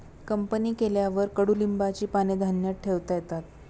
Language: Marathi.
कंपनी केल्यावर कडुलिंबाची पाने धान्यात ठेवता येतात